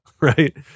right